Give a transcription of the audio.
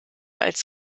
als